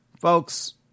folks